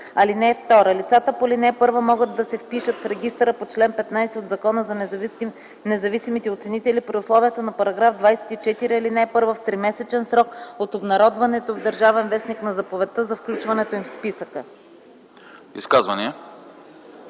ред. (2) Лицата по ал. 1 могат да се впишат в регистъра по чл. 15 от Закона за независимите оценители при условията на § 24, ал. 1 в тримесечен срок от обнародването в „Държавен вестник” на заповедта за включването им в списъка.”